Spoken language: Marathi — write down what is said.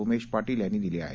उमेश पाटील यांनी दिली आहे